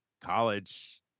college